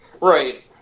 Right